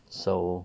so